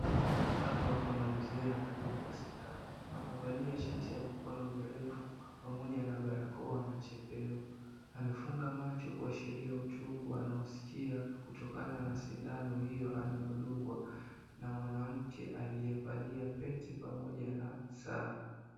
Hapa kuna mzee anadungwa sindano, amevalia shati la mikono mirefu pamoja na barakoa na chepeo. Amefunga macho kuashiria uchungu anaosikia kutokana na sindano hiyo anayodungwa na mwanamke aliyevalia pete pamoja na saa.